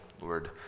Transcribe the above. Lord